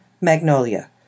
Magnolia